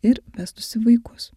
ir vestųsi vaikus